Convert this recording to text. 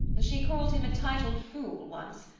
she called him a titled fool once,